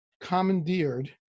commandeered